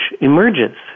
emerges